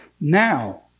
now